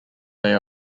they